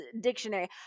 dictionary